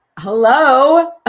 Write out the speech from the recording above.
Hello